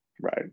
right